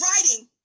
writing